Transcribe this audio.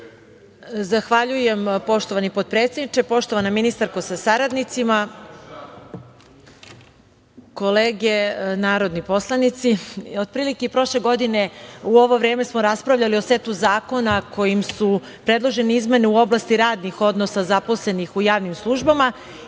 Zahvaljujem poštovani potpredsedniče. Poštovana ministarko sa saradnicima, kolege narodni poslanici, otprilike i prošle godine u ovo vreme smo raspravljali o setu zakona kojim su predložene izmene u oblasti radnih odnosa zaposlenih u javnim službama